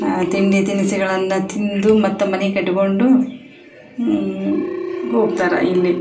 ತಿಂಡಿ ತಿನಿಸುಗಳನ್ನು ತಿಂದು ಮತ್ತು ಮನೆಗೆ ಕಟ್ಕೊಂಡು ಹೋಗ್ತಾರೆ ಇಲ್ಲಿ